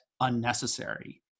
unnecessary